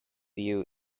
view